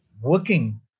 working